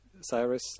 Cyrus